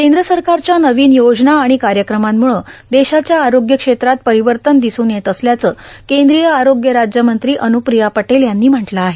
कद्र सरकारच्या नवीन योजना आाण कायक्रमांम्ळं देशाच्या आरोग्य क्षेत्रात र्पारवतन र्मादसून येत असल्याचं कद्रीय आरोग्य राज्यमंत्री अन्प्रिया पटेल यांनी म्हटलं आहे